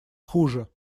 хуже